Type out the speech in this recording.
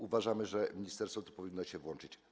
Uważamy, że ministerstwo powinno się tu włączyć.